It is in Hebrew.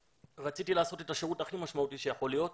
רציתי לעשות את השירות הכי משמעותי שיכול להיות,